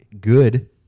good